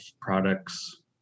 products